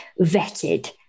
vetted